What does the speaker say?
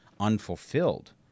unfulfilled